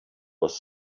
was